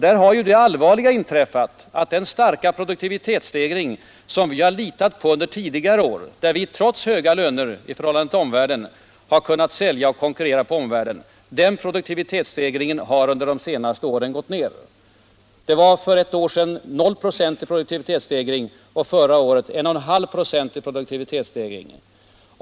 Där har ju det allvarliga inträffat, att den starka produktivitetsstegring som vi har litat på under tidigare år, då vi trots höga löner i förhållande till omvärlden har kunnat sälja och konkurrera med omvärlden, har gått ner under de senaste åren. Vi hade för ett år sedan noll procent i produktivitetsstegring, och förra året var den något över 1,5 26.